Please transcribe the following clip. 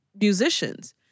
musicians